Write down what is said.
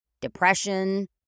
depression